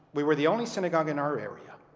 we were the only synagogue in our area